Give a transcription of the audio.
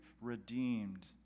redeemed